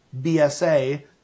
BSA